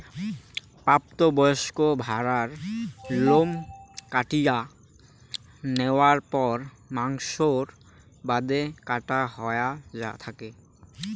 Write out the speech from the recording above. প্রাপ্ত বয়স্ক ভ্যাড়ার লোম কাটিয়া ন্যাওয়ার পর মাংসর বাদে কাটা হয়া থাকে